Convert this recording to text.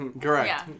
Correct